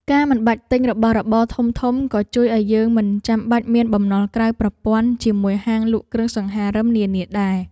ការមិនបាច់ទិញរបស់របរធំៗក៏ជួយឱ្យយើងមិនចាំបាច់មានបំណុលក្រៅប្រព័ន្ធជាមួយហាងលក់គ្រឿងសង្ហារិមនានាដែរ។